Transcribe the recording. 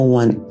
one